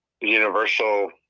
Universal